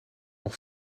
nog